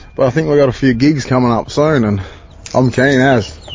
but i think we've got a few gigs coming up soon, and i'm keen as,